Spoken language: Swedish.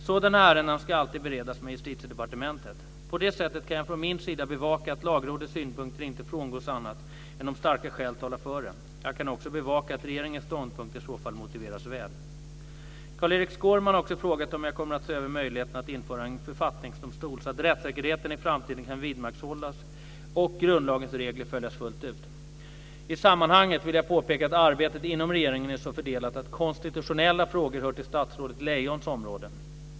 Sådana ärenden ska alltid beredas med Justitiedepartementet. På det sättet kan jag från min sida bevaka att Lagrådets synpunkter inte frångås annat än om starka skäl talar för det. Jag kan också bevaka att regeringens ståndpunkt i så fall motiveras väl. Carl-Erik Skårman har också frågat om jag kommer att se över möjligheterna att införa en författningsdomstol så att rättssäkerheten i framtiden kan vidmakthållas och grundlagens regler följas fullt ut. I sammanhanget vill jag påpeka att arbetet inom regeringen är så fördelat att konstitutionella frågor hör till statsrådet Lejons område.